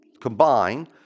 combine